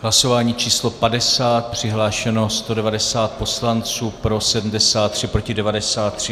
V hlasování číslo 50 přihlášeno 190 poslanců, pro 73, proti 93.